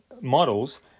models